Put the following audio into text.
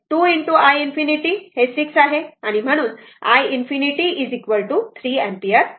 तर i ∞ 3 ampere आहे बरोबर